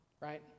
Right